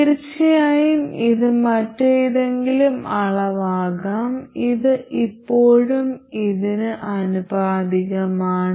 തീർച്ചയായും ഇത് മറ്റേതെങ്കിലും അളവാകാം ഇത് ഇപ്പോഴും ഇതിന് ആനുപാതികമാണ്